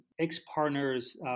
ex-partner's